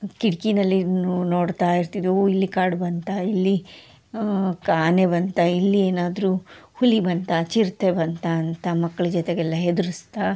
ಕಿಟಕಿನಲ್ಲಿ ನೋಡ್ತಾ ಇರ್ತಿದ್ವಿ ಓ ಇಲ್ಲಿ ಕಾಡು ಬಂತಾ ಇಲ್ಲಿ ಆನೆ ಬಂತಾ ಇಲ್ಲಿ ಏನಾದರು ಹುಲಿ ಬಂತಾ ಚಿರತೆ ಬಂತಾ ಅಂತ ಮಕ್ಳ ಜೊತೆಗೆಲ್ಲ ಹೆದರಿಸ್ತಾ